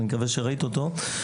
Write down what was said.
אני מקווה שראיתי אותו.